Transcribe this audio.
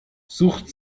sucht